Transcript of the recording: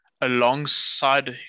alongside